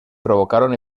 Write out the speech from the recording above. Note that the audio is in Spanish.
provocaron